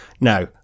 Now